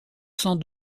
sans